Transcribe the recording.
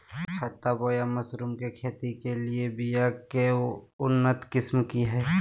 छत्ता बोया मशरूम के खेती के लिए बिया के उन्नत किस्म की हैं?